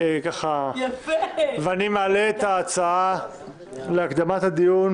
אני מעלה את ההצעה להקדמת הדיון